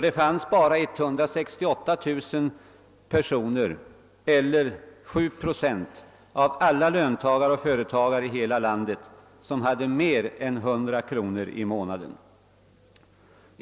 Det fanns endast 168 000 personer eller sju procent av alla löntagare och företagare i hela landet som hade mer än 100 kronor i månaden.